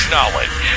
Knowledge